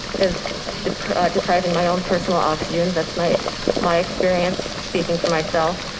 is depriving depriving my own personal oxygen. that's my my experience, speaking for myself.